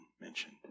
mentioned